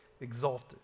exalted